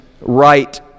right